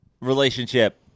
relationship